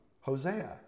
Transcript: Hosea